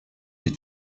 des